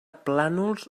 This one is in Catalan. plànols